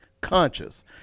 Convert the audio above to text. conscious